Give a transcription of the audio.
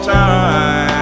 time